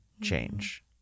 change